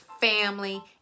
family